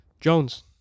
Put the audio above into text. Jones